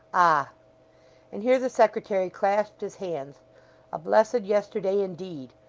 ah and here the secretary clasped his hands a blessed yesterday indeed!